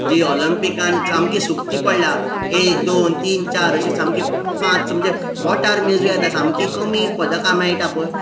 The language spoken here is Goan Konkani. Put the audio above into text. जी ऑलंपिकान सामकी सुक्ती पडल्या एक दोन तीन चार अशी सामकी पांच म्हणजे बोटार मेजूं येता सामकी कमी पदकां मेळटा पळय